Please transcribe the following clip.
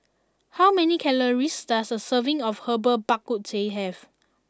how many calories does a serving of Herbal Bak Ku Teh have